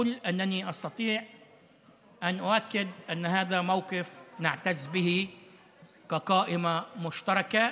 שאני בהחלט יכול לאמת שזו עמדה שאנחנו גאים בה בתור רשימה משותפת,